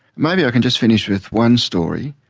maybe i can just finish with one story,